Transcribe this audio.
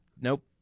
Nope